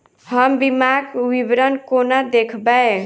हम बीमाक विवरण कोना देखबै?